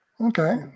Okay